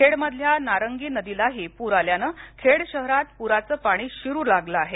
खेडमधल्या नारंगी नदीलाही प्र आल्यानं खेड शहरात प्राचं पाणी शिरू लागलं आहे